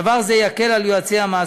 דבר זה יקל על יועצי המס,